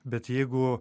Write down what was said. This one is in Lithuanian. bet jeigu